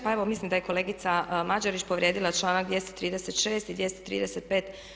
Pa evo mislim da je kolegica Mađerić povrijedila članak 236. i 235.